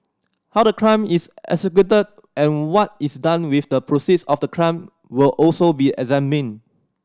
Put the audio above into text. how the crime is executed and what is done with the proceeds of the crime will also be examined